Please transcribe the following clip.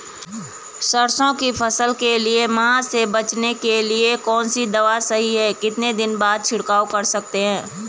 सरसों की फसल के लिए माह से बचने के लिए कौन सी दवा सही है कितने दिन बाद छिड़काव कर सकते हैं?